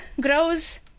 grows